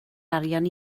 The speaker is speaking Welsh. arian